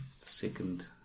second